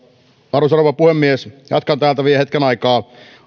arvoisa rouva puhemies jatkan täältä vielä hetken aikaa